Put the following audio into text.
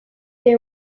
they